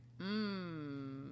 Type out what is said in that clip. Mmm